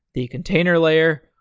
the container layer,